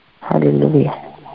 Hallelujah